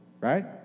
right